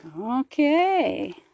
Okay